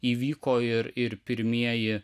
įvyko ir ir pirmieji